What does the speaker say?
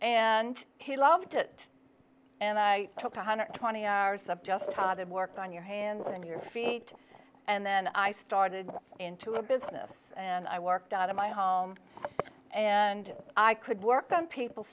and he loved it and i took one hundred twenty hours of just a lot of work on your hands and your feet and then i started into a business and i worked out of my home and i could work on people